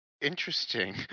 Interesting